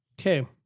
Okay